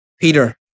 Peter